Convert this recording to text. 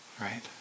right